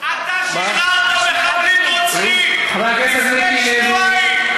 אתה שחררת מחבלים רוצחים לפני שבועיים.